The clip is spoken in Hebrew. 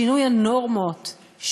שינוי הנורמות,